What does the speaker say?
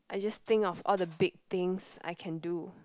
I just think of the big things I can do